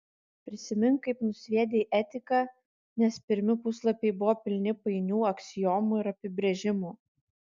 prisimink kaip nusviedei etiką nes pirmi puslapiai buvo pilni painių aksiomų ir apibrėžimų